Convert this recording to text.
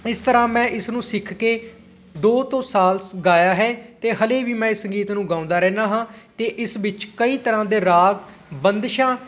ਇਸ ਤਰ੍ਹਾਂ ਮੈਂ ਇਸਨੂੰ ਸਿੱਖ ਕੇ ਦੋ ਤੋਂ ਸਾਲ ਸ ਗਾਇਆ ਹੈ ਅਤੇ ਹਲੇ ਵੀ ਮੈਂ ਇਸ ਗੀਤ ਨੂੰ ਗਾਉਂਦਾ ਰਹਿੰਦਾ ਹਾਂ ਅਤੇ ਇਸ ਵਿੱਚ ਕਈ ਤਰ੍ਹਾਂ ਦੇ ਰਾਗ ਬੰਦਿਸ਼ਾਂ